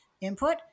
input